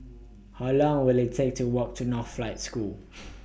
How Long Will IT Take to Walk to Northlight School